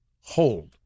hold